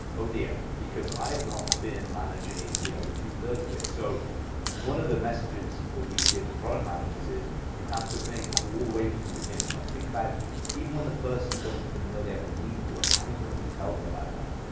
oh dear because i have not been managing you know two-thirds of it. so one of the messages that we give to product managers is, you have to think all the way from the beginning. think about even when the person doesn't even know they have a need for it. how are you going to tell them about that?